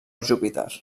júpiter